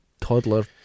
Toddler